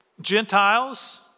Gentiles